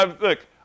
Look